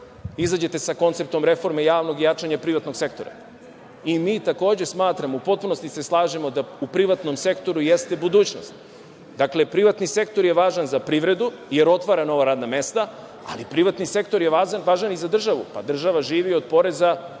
izađete sa konceptom reformi javnog i jačanje privatnog sektora. Takođe, smatramo, u potpunosti se slažemo, da u privatnom sektoru jeste budućnost. Dakle, privatni sektor je važan za privredu, jer otvara nova radna mesta, ali privatni sektor je važan i za državu, pa država živi od poreza i